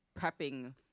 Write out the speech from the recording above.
prepping